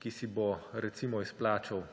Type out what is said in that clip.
ki ima 10 tisoč